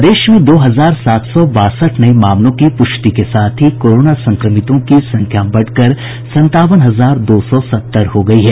प्रदेश में दो हजार सात सौ बासठ नये मामलों की पुष्टि के साथ ही कोरोना संक्रमितों की संख्या बढ़कर संतावन हजार दो सौ सत्तर हो गयी है